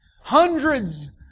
Hundreds